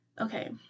Okay